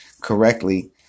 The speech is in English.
correctly